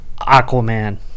Aquaman